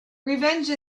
revenge